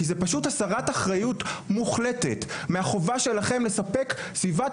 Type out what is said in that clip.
כי זו פשוט הסרת אחריות מוחלטת מהחובה שלכם לספק סביבת